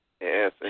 Yes